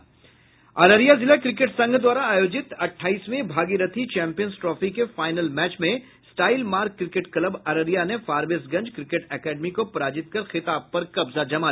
अररिया जिला क्रिकेट संघ द्वारा आयोजित अठाइसवें भागिरथी चैंपियन ट्रॉफी के फाइनल मैच में style mark cricket club Araria ने फारबीसगंज क्रिकेट एकेडमी को पराजित कर खिताब पर कब्जा जमाया